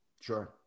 Sure